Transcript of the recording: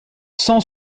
cent